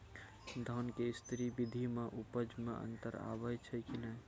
धान के स्री विधि मे उपज मे अन्तर आबै छै कि नैय?